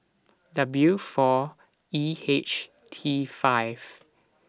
W four E H T five